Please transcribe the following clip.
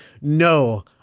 no